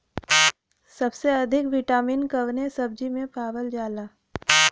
सबसे अधिक विटामिन कवने सब्जी में पावल जाला?